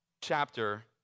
chapter